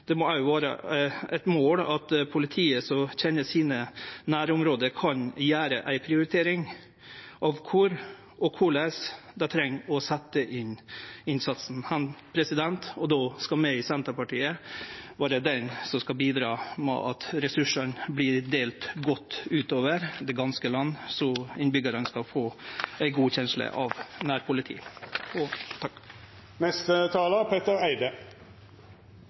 Det må òg vere eit mål at politiet som kjenner sine nærområde, kan gjere ei prioritering av kvar og korleis dei treng å setje inn innsatsen. Då skal vi i Senterpartiet vere med på å bidra til at ressursane vert delt godt utover det ganske land så innbyggjarane får ei god kjensle av